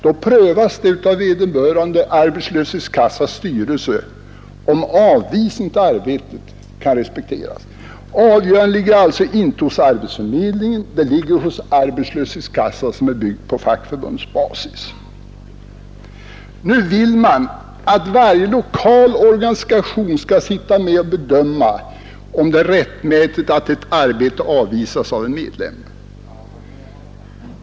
Då prövas det i vederbörande arbetslöshetskassas styrelse om avvisningen av arbetet kan respekteras. Avgörandet ligger alltså inte hos arbetsförmedlingen; det ligger hos arbetslöshetskassan, som är byggd på fackförbundsbasis. Nu vill man att varje lokal organisation skall sitta med och bedöma om det är rättmätigt att arbete avvisas av en medlem.